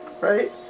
Right